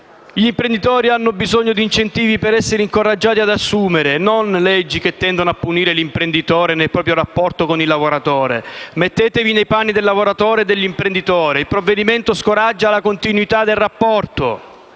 Gli imprenditori hanno bisogno di incentivi per essere incoraggiati ad assumere, non di leggi che tendono a punire l'imprenditore nel proprio rapporto con il lavoratore. Mettetevi nei panni dei lavoratori e degli imprenditori. Il provvedimento scoraggia la continuità del rapporto,